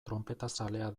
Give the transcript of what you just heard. tronpetazalea